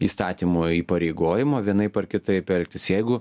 įstatymų įpareigojimo vienaip ar kitaip elgtis jeigu